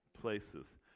places